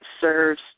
serves